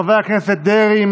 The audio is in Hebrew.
חברי הכנסת אריה מכלוף דרעי,